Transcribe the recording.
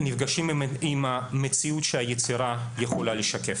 נפגשים עם המציאות שהיצירה יכולה לשקף.